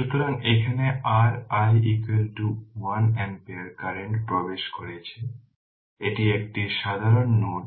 সুতরাং এখানে r i 1 ampere current প্রবেশ করছে এটি একটি সাধারণ নোড